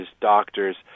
doctors